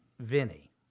Vinny